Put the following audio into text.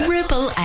Ripple